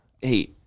Hey